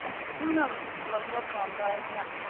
ꯑꯁ ꯊꯨꯅ ꯂꯥꯛꯄ ꯄꯥꯝꯕ ꯑꯩꯅ